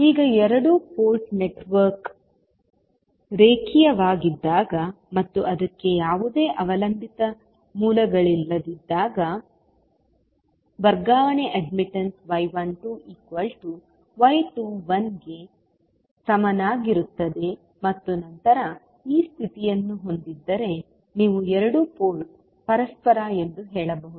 ಈಗ ಎರಡು port network ರೇಖೀಯವಾಗಿದ್ದಾಗ ಮತ್ತು ಅದಕ್ಕೆ ಯಾವುದೇ ಅವಲಂಬಿತ ಮೂಲಗಳಿಲ್ಲದಿದ್ದಾಗ ವರ್ಗಾವಣೆ ಅಡ್ಮಿಟ್ಟನ್ಸ್ y12y21ಕ್ಕೆ ಸಮನಾಗಿರುತ್ತದೆ ಮತ್ತು ನಂತರ ಈ ಸ್ಥಿತಿಯನ್ನು ಹೊಂದಿದ್ದರೆ ನೀವು ಎರಡು ಪೋರ್ಟ್ ಪರಸ್ಪರ ಎಂದು ಹೇಳಬಹುದು